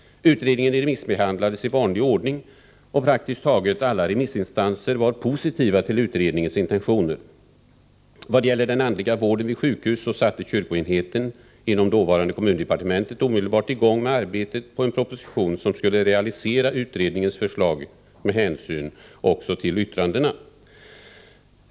Utredningen remissbehandlades i vanlig ordning, och praktiskt taget alla remissinstanser var positiva till utredningens intentioner. Vad gäller den andliga vården vid sjukhus, så satte kyrkoenheten inom dåvarande kommundepartementet omedelbart i gång arbetet på en proposition som skulle realisera utredningens förslag med hänsyn också till yttrandena.